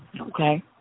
Okay